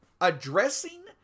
Addressing